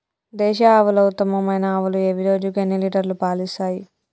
దేశీయ ఆవుల ఉత్తమమైన ఆవులు ఏవి? రోజుకు ఎన్ని లీటర్ల పాలు ఇస్తాయి?